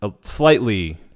slightly